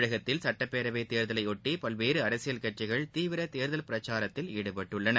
தமிழகத்தில் சட்டப்பேரவை தேர்தலையொட்டி பல்வேறு அரசியல் கட்சிகள் தீவிர தேர்தல் பிரச்சாரத்தில் ஈடுபட்டுள்ளனர்